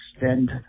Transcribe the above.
extend